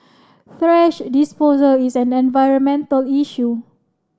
thrash disposal is an environmental issue